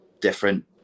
different